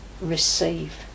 receive